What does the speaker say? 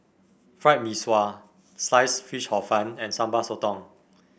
Fried Mee Sua Sliced Fish Hor Fun and Sambal Sotong